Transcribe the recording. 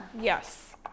Yes